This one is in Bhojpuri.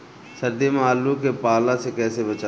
सर्दी में आलू के पाला से कैसे बचावें?